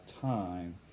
time